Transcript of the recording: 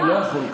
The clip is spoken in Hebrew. אני לא יכול כך.